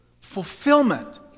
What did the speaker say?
fulfillment